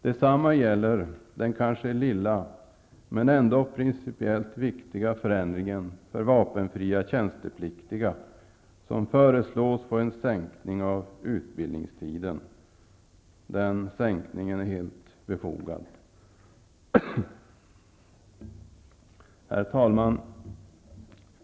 Detsamma gäller den kanske lilla men ändå principiellt viktiga förändringen för vapenfria tjänstepliktiga, som föreslås få en minskning av utbildningstiden. Den är helt befogad. Herr talman!